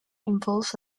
involves